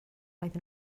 oedd